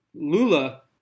Lula